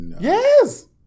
Yes